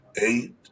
Eight